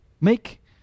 Make